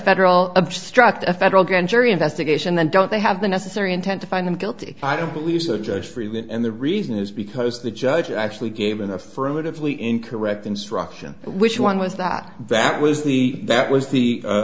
federal obstruct a federal grand jury investigation then don't they have the necessary intent to find them guilty i don't believe the judge friedman and the reason is because the judge actually gave an affirmatively incorrect instruction which one was that that was the that was the